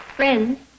Friends